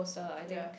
yea